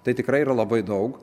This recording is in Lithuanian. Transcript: tai tikrai yra labai daug